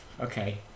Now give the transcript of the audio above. Okay